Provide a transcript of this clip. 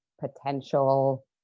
potential